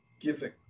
giving